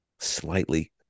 slightly